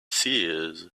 seers